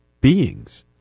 beings